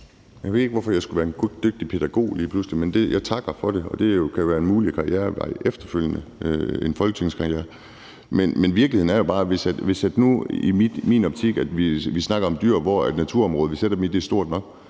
Jeg ved ikke, hvorfor jeg lige pludselig skulle være en dygtig pædagog, men jeg takker for det, og det kan jo være en mulig karrierevej efter en folketingskarriere. Men virkeligheden er bare i min optik, at hvis naturområdet, vi sætter dyrene i, er stort nok,